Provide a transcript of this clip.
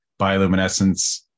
bioluminescence